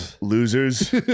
losers